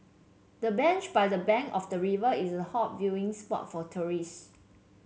the bench by the bank of the river is a hot viewing spot for tourists